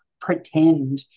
pretend